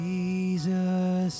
Jesus